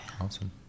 Awesome